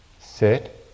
Sit